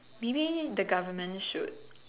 maybe the government should